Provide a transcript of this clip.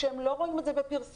שהם לא רואים את זה בפרסומות,